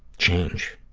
change.